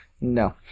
No